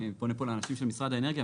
אני פונה פה לאנשים של משרד האנרגיה,